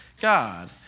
God